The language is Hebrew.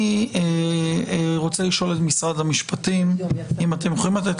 אני רוצה לשאול את משרד המשפטים אם אתם יכולים לתת